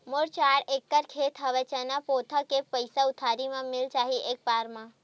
मोर चार एकड़ खेत हवे चना बोथव के पईसा उधारी मिल जाही एक बार मा?